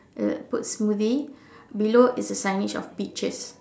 uh put smoothie below is a signage of peaches